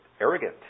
arrogant